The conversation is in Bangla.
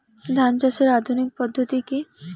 ধান চাষের আধুনিক পদ্ধতি কি?